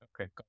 okay